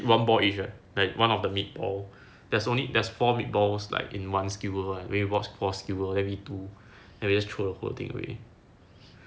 one ball each right like one of the meat ball there's only there's four meat balls like in one skewer [one] four four skewer then we eat two then we throw the whole thing away